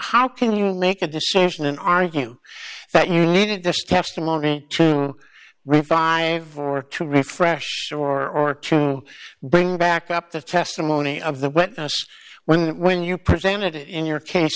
how can you make a decision and argue that you needed this testimony to revive or to refresh or or to bring back up the testimony of the when when when you presented in your case